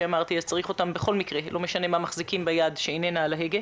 צריך אותן בכל מקרה ולא משנה מה מחזיקים ביד שאיננה על הנזק.